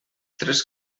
tres